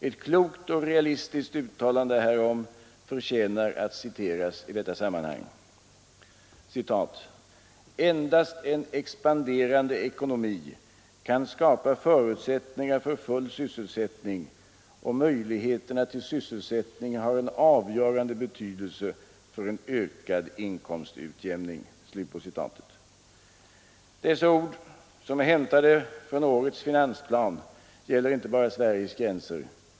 Ett klokt och realistiskt uttalande härom förtjänar att citeras i detta sammanhang: ”Endast en expanderande ekonomi kan skapa förutsättningar för full sysselsättning och möjligheterna till sysselsättning har en avgörande betydelse för en ökad inkomstutjämning.” Dessa ord som är hämtade från årets finansplan gäller inte bara inom Sveriges gränser.